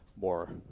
more